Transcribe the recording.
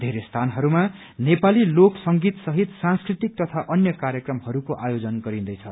वेरै स्थानहरूमा नेपाली लोक संगीत सहित सांस्कृतिक तथा अन्य कार्यक्रमहस्को आयोजन गरिन्दैछ